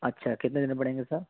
اچھا کتنے دینے پڑیں گے سر